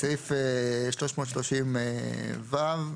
סעיף 330ו,